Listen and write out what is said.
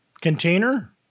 Container